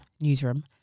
newsroom